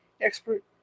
expert